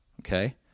Okay